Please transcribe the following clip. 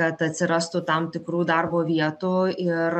kad atsirastų tam tikrų darbo vietų ir